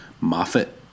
Moffat